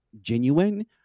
genuine